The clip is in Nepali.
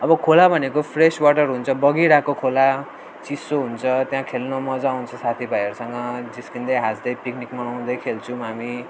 अब खोला भनेको फ्रेस वाटर हुन्छ बगिरहेको खोला चिसो हुन्छ त्यहाँ खेल्नु मजा आउँछ साथीभाइहरूसँग जिस्किँदै हाँस्दै पिकनिक मनाउँदै खेल्छौँ हामी